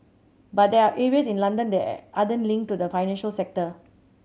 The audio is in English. but there are areas in London that aren't linked to the financial sector